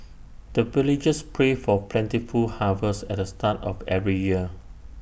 the villagers pray for plentiful harvest at the start of every year